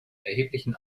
erheblichen